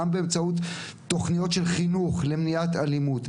גם באמצעות תכניות של חינוך למניעת אלימות,